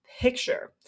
picture